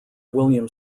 william